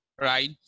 right